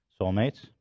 soulmates